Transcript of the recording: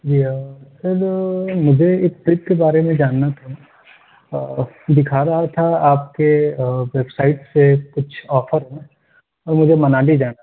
جی ہاں سر مجھے ایک ٹِرپ کے بارے میں جاننا تھا دِکھا رہا تھا آپ کے ویب سائٹ پے کچھ آفر ہیں مجھے منالی جانا